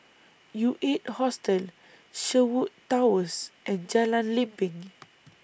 U eight Hostel Sherwood Towers and Jalan Lempeng